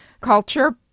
culture